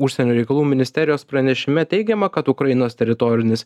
užsienio reikalų ministerijos pranešime teigiama kad ukrainos teritorinis